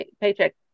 paycheck